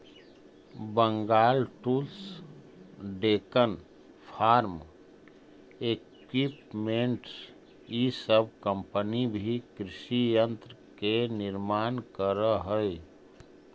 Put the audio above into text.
Bengal Tools, Deccan Farm Equipments इ सब company भी कृषि यन्त्र के निर्माण करऽ हई